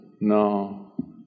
No